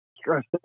stressed